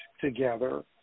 together